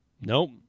Nope